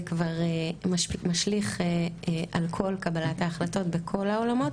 כבר משליך על כל קבלת ההחלטות בכל העולמות.